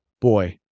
boy